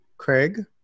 Craig